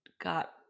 got